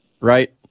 right